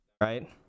right